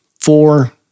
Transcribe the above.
four